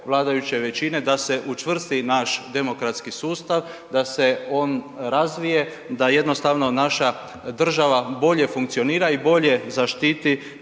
vladajuće većine da se učvrsti naš demokratski sustav, da se on razvije, da jednostavno naša država bolje funkcionira i bolje zaštiti